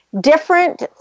different